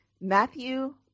Matthew